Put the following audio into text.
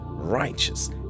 righteous